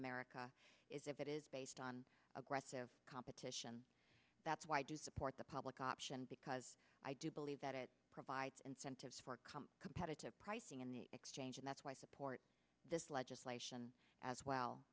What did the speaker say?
america is if it is based on aggressive competition that's why i do support the public option because i do believe that it provides incentives for comp competitive pricing in the exchange and that's why i support this legislation as well